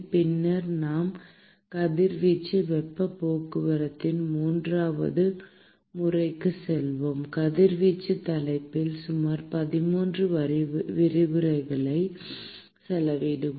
பின்னர் நாம் கதிர்வீச்சு வெப்பப் போக்குவரத்தின் மூன்றாவது முறைக்குச் செல்வோம் கதிர்வீச்சு தலைப்பில் சுமார் 13 விரிவுரைகளை செலவிடுவோம்